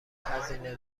هزینه